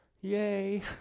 Yay